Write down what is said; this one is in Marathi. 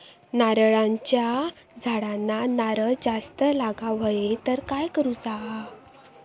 नारळाच्या झाडांना नारळ जास्त लागा व्हाये तर काय करूचा?